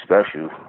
special